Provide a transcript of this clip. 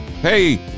Hey